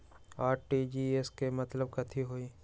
RTGS के मतलब कथी होइ?